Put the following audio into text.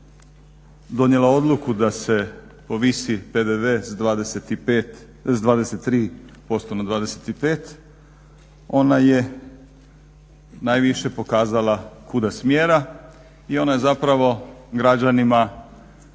donijela odluku da se povisi PDV s 23% na 25 ona je najviše pokazala kuda smjera i ona je zapravo građanima